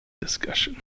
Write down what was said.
discussion